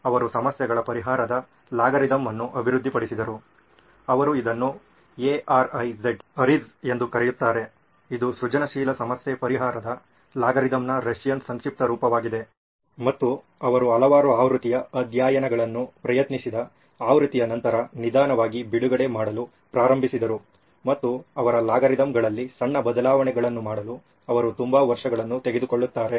ಅವರು ಸಮಸ್ಯೆಗಳ ಪರಿಹಾರದ ಅಲ್ಗಾರಿದಮ್ ಅನ್ನು ಅಭಿವೃದ್ಧಿಪಡಿಸಿದರು ಅವರು ಇದನ್ನು ARIZ ಎಂದು ಕರೆಯುತ್ತಾರೆ ಇದು ಸೃಜನಶೀಲ ಸಮಸ್ಯೆ ಪರಿಹಾರದ ಅಲ್ಗಾರಿದಮ್ನ ರಷ್ಯನ್ ಸಂಕ್ಷಿಪ್ತ ರೂಪವಾಗಿದೆ ಮತ್ತು ಅವರು ಹಲವಾರು ಆವೃತ್ತಿಯ ಅಧ್ಯಯನಗಳನ್ನು ಪ್ರಯತ್ನಿಸಿದ ಆವೃತ್ತಿಯ ನಂತರ ನಿಧಾನವಾಗಿ ಬಿಡುಗಡೆ ಮಾಡಲು ಪ್ರಾರಂಭಿಸಿದರು ಮತ್ತು ಅವರ ಅಲ್ಗಾರಿದಮ್ಗಳಲ್ಲಿ ಸಣ್ಣ ಬದಲಾವಣೆಗಳನ್ನು ಮಾಡಲು ಅವರು ತುಂಬಾ ವರ್ಷಗಳನ್ನು ತೆಗೆದುಕೊಳ್ಳುತ್ತಾರೆ